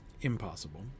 impossible